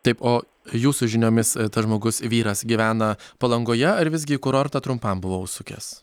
taip o jūsų žiniomis tas žmogus vyras gyvena palangoje ar visgi į kurortą trumpam buvo užsukęs